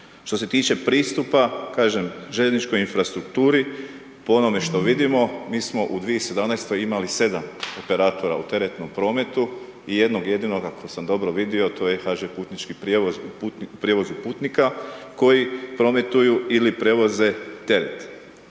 Što se tiče pristupa, kažem željezničkoj infrastrukturi, prema onome što vidimo, mi smo u 2017. imali 7 operatora u teretnom prometu i jednog jedinog, ako sam dobro vidio, to je HŽ Putnički prijevoz u prijevozu putnika, koji prometuju ili prevoze teret.